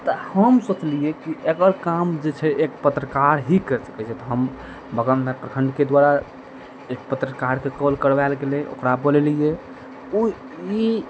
तऽ हम सोचलियै कि एकर काम जे छै एक पत्रकार ही कैरि सकैत छै तऽ हम बगलमे प्रखण्डके द्वारा एक पत्रकारके कॉल करबाएल गेलै ओकरा बोलेलियै ओ ई